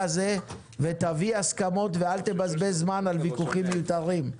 זה" ותביא הסכמות ואל תבזבז זמן על ויכוחים מיותרים.